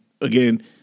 again